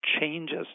changes